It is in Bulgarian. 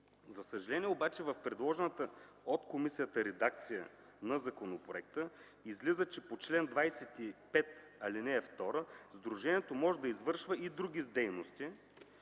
За съжаление обаче в предложената от комисията редакция на законопроекта излиза, че по чл. 25, ал. 2 сдружението може да извършва и други дейности,